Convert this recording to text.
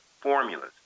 formulas